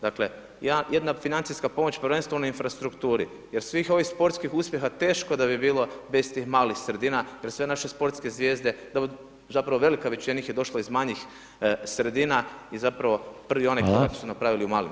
Dakle jedna financijska pomoć prvenstveno infrastrukturi jer svih ovih sportskih uspjeha teško da bi bilo bez tih malih sredina jer sve naše sportske zvijezde, zapravo velika većina njih je došla iz manjih sredina i zapravo prvi onaj korak su napravili u malim sredinama.